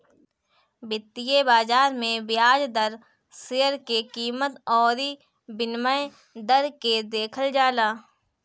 वित्तीय बाजार में बियाज दर, शेयर के कीमत अउरी विनिमय दर के देखल जाला